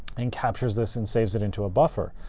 and captures this and saves it into a buffer.